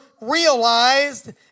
realized